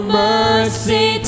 mercy